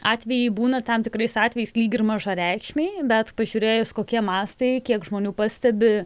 atvejai būna tam tikrais atvejais lyg ir mažareikšmiai bet pažiūrėjus kokie mąstai kiek žmonių pastebi